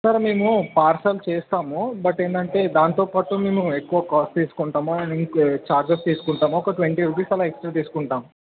sir మేము parcel చేస్తాము but ఏందంటే దాంతోపాటు మేము ఎక్కువ కాస్ట్ తీసుకుంటాము అండ్ ఇంకే చార్జెస్ తీసుకుంటాము ఒక ట్వంటీ రుపీస్ అలా ఎక్కువ తీసుకుంటాం